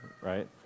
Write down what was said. right